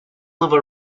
level